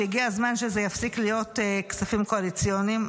שהגיע הזמן שזה יפסיק להיות כספים קואליציוניים,